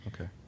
Okay